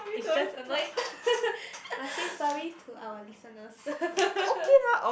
it's just annoyed must say sorry to our listeners